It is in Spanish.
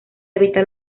habita